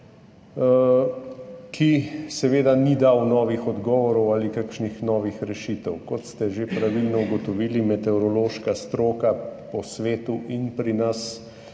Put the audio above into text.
ki seveda ni dal novih odgovorov ali kakšnih novih rešitev. Kot ste že pravilno ugotovili, je meteorološka stroka po svetu in pri nas